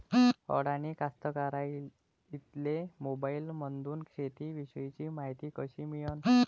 अडानी कास्तकाराइले मोबाईलमंदून शेती इषयीची मायती कशी मिळन?